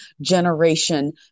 generation